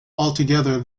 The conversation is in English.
altogether